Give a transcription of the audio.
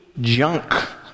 junk